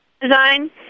design